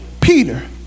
Peter